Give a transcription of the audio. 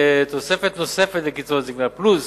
תוספת נוספת לקצבאות הזיקנה פלוס